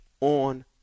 on